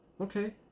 Okay